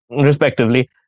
respectively